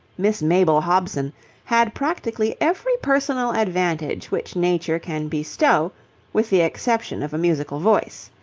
miss mabel hobson had practically every personal advantage which nature can bestow with the exception of a musical voice.